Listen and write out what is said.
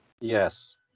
Yes